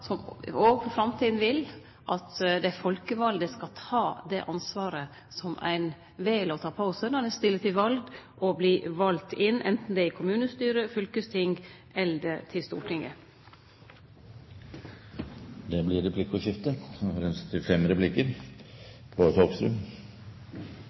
som òg i framtida vil at dei folkevalde skal ta det ansvaret som ein vel å ta på seg når ein stiller til val og vert vald inn, anten det er i kommunestyre, i fylkesting eller til Stortinget. Det blir replikkordskifte.